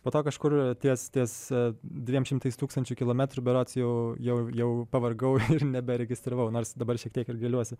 po to kažkur ties ties dviem šimtais tūkstančių kilometrų berods jau jau jau pavargau ir neperregistravau nors dabar šiek tiek ir gailiuosi